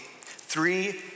three